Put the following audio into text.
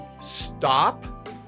stop